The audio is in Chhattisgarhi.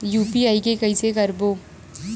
यू.पी.आई के कइसे करबो?